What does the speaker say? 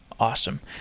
awesome.